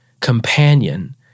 Companion